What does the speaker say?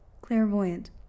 Clairvoyant